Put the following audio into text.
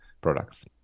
products